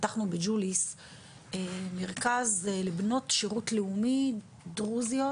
פתחנו בג'וליס מרכז לבנות שירות לאומי דרוזיות